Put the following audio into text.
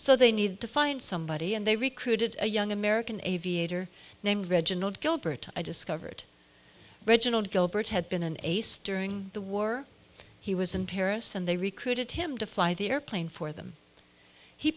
so they need to find somebody and they recruited a young american aviator named reginald gilbert i discovered reginald gilbert had been an ace during the war he was in paris and they recruited him to fly the airplane for them he